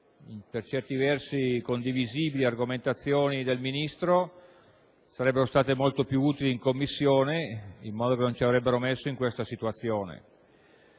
per certi versi condivisibili - argomentazioni del Ministro sarebbero state molto più utili in quella sede; peraltro, non ci avrebbero messo nella situazione